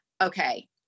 Okay